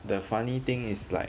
the funny thing is like